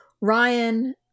Ryan